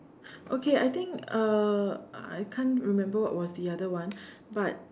okay I think uh I can't remember what was the other one but